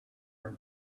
are